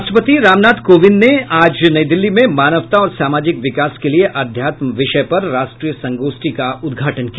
राष्ट्रपति रामनाथ कोविंद ने आज नई दिल्ली में मानवता और सामाजिक विकास के लिए अध्यात्म विषय पर राष्ट्रीय संगोष्ठी का उद्घाटन किया